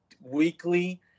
weekly